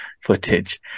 footage